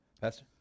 Pastor